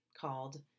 called